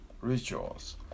rituals